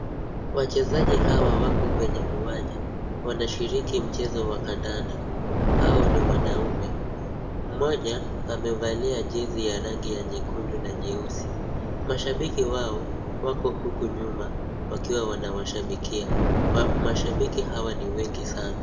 Wachezaji hawa wako kwenye uwanja. Wanashiriki mchezo wa kandanda. Hao ni wanaume. Mmoja amevalia jezi ya rangi ya nyekundu na nyeusi. Mashabiki wako huku nyuma wakiwa wanawashabikia. Mashabiki hawa ni wengi sana.